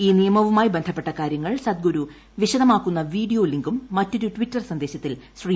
ഈ നിയമവുമായി ബന്ധപ്പെട്ട കാരൃങ്ങൾ സദ്ഗുരു വിശദമാക്കുന്ന വീഡിയോ ലിങ്കും മറ്റൊരു ട്വിറ്റർ സന്ദേശത്തിൽ ശ്രീ